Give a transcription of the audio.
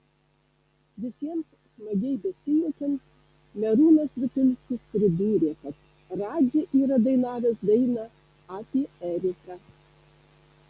visiems smagiai besijuokiant merūnas vitulskis pridūrė kad radži yra dainavęs dainą apie eriką